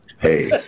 Hey